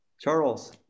Charles